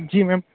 जी ma'am